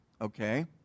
okay